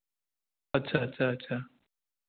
अच्छा अच्छा अच्छा